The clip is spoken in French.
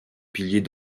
pilier